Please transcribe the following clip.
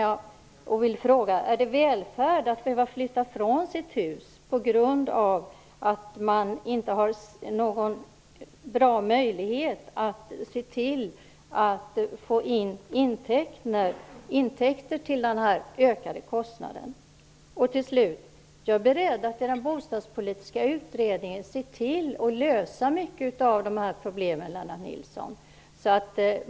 Jag är beredd att i den bostadspolitiska utredningen se till att lösa många av de här problemen, Lennart Nilsson.